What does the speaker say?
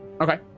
Okay